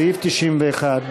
סעיף 91,